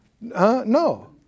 No